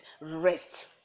rest